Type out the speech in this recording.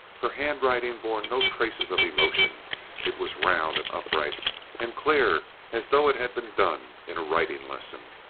her handwriting bore no traces of emotion it was round and upright and clear as though it had been done in a writing lesson.